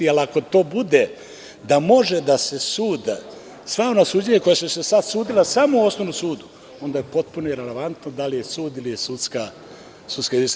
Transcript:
Jer, ako to bude da može da se sudi, sva ona suđenja koja su se do sada sudila samo u osnovnom sudu, onda je potpuno irelevantno da li je sud ili je sudska jedinica.